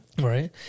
Right